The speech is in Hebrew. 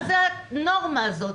מה זו הנורמה הזאת?